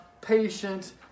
patient